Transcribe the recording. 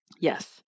yes